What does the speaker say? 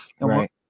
Right